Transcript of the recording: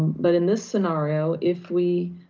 but in this scenario, if we,